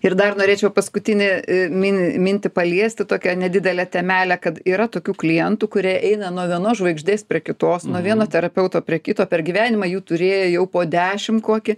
ir dar norėčiau paskutinį mini mintį paliesti tokią nedidelę temelę kad yra tokių klientų kurie eina nuo vienos žvaigždės prie kitos nuo vieno terapeuto prie kito per gyvenimą jų turėję jau po dešim kokį